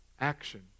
action